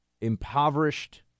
impoverished